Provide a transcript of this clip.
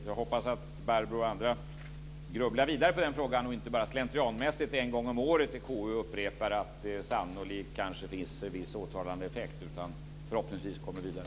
Jag hoppas att Barbro och andra grubblar vidare på den frågan och inte bara slentrianmässigt en gång om året i KU upprepar att det sannolikt kanske finns en viss återhållande effekt, utan förhoppningsvis kommer vidare.